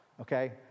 Okay